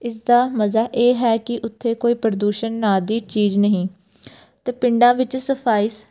ਇਸਦਾ ਮਜ਼ਾ ਇਹ ਹੈ ਕਿ ਉੱਥੇ ਕੋਈ ਪ੍ਰਦੂਸ਼ਣ ਨਾਂ ਦੀ ਚੀਜ਼ ਨਹੀਂ ਅਤੇ ਪਿੰਡਾਂ ਵਿੱਚ ਸਫਾਈ